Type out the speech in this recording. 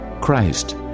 Christ